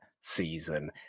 season